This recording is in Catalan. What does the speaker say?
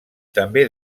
també